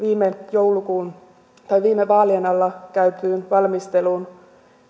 viime vaalien alla käytyyn valmisteluun